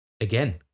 Again